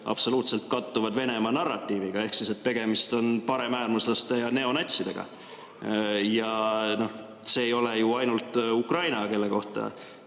absoluutselt kattuvad Venemaa narratiiviga, ehk tegemist on paremäärmuslaste ja neonatsidega. See ei ole ju ainult Ukraina [puhul